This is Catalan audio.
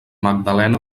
magdalena